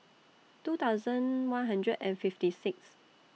two thousand one hundred and fifty Sixth